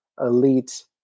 elite